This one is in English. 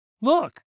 Look